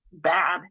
Bad